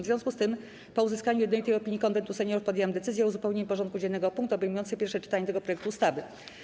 W związku z tym, po uzyskaniu jednolitej opinii Konwentu Seniorów, podjęłam decyzję o uzupełnieniu porządku dziennego o punkt obejmujący pierwsze czytanie tego projektu ustawy.